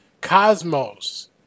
Cosmos